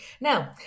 Now